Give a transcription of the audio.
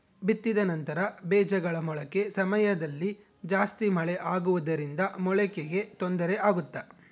ಬಿತ್ತಿದ ನಂತರ ಬೇಜಗಳ ಮೊಳಕೆ ಸಮಯದಲ್ಲಿ ಜಾಸ್ತಿ ಮಳೆ ಆಗುವುದರಿಂದ ಮೊಳಕೆಗೆ ತೊಂದರೆ ಆಗುತ್ತಾ?